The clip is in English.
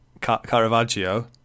Caravaggio